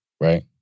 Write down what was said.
right